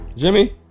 Jimmy